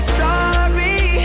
sorry